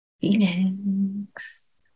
Phoenix